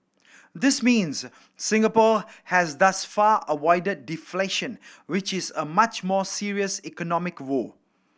this means Singapore has thus far avoided deflation which is a much more serious economic woe